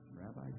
Rabbi